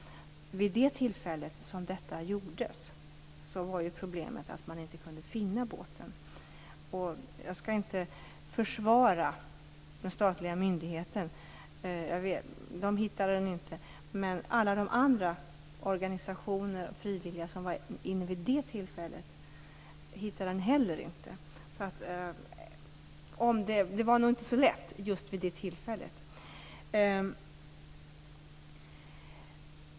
Vid det tillfälle då detta gjordes var problemet att man inte kunde finna båten. Jag skall inte försvara den statliga myndigheten, men det var inte heller någon av alla de andra - organisationer och frivilliga - som var med vid det tillfället som hittade båten. Det var nog inte så lätt vid just det tillfället.